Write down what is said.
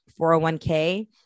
401k